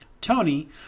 Tony